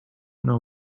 know